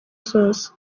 zose